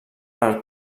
per